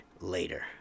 later